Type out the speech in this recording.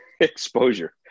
exposure